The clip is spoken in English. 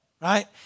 right